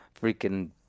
freaking